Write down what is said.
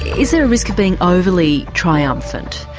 is there a risk of being overly triumphant?